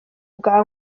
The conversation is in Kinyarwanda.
bwa